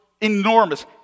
enormous